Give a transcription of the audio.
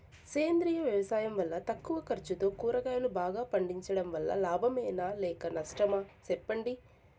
సేంద్రియ వ్యవసాయం వల్ల తక్కువ ఖర్చుతో కూరగాయలు బాగా పండించడం వల్ల లాభమేనా లేక నష్టమా సెప్పండి